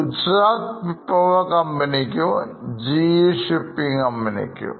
Gujarat Pipavav കമ്പനിക്കും GE shipping കമ്പനിക്കും